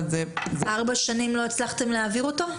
אבל זה --- ארבע שנים לא הצלחתם להעביר אותו?